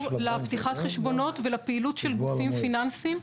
לפתיחת חשבונות ולפעילות של גופים פיננסיים.